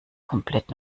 komplett